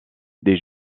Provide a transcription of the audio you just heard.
des